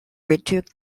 retook